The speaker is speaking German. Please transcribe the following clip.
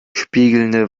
spiegelnde